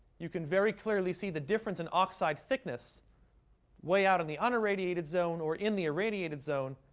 you can very clearly see the difference in oxide thickness way out in the unirradiated zone or in the irradiated zone.